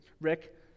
Rick